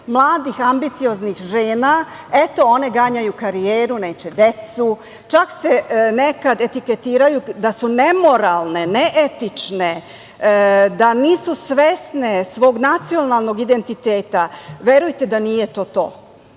mladih ambicioznih žena – eto one ganjaju karijeru, neće decu. Čak se nekada etiketiraju da su nemoralne, neetične, da nisu svesne svog nacionalnog identiteta. Verujte da nije to to